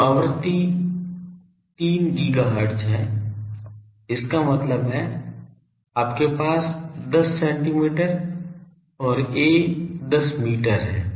तो आवृत्ति 3 GHz है इसका मतलब है आपके पास 10 सेमी और a 10 मीटर है